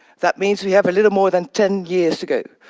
that means we have a little more than ten years to go.